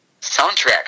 soundtrack